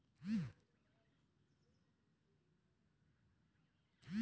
चाना के बीजा कोन सा विधि ले अंकुर अच्छा निकलथे निकलथे